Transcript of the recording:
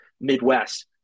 Midwest